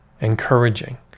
encouraging